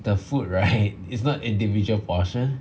the food right it's not individual portion